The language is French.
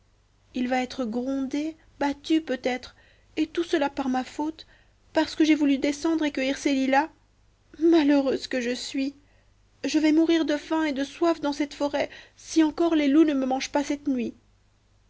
il va être grondé battu peut-être et tout cela par ma faute parce que j'ai voulu descendre et cueillir ces lilas malheureuse que je suis je vais mourir de faim et de soif dans cette forêt si encore les loups ne me mangent pas cette nuit